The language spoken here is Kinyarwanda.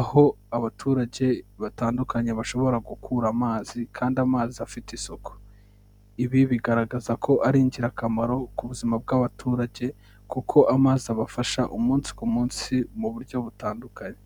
aho abaturage batandukanye bashobora gukura amazi kandi amazi afite isuku, ibi bigaragaza ko ari ingirakamaro ku buzima bw'abaturage kuko amazi abafasha umunsi ku munsi mu buryo butandukanye.